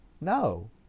no